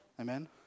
Amen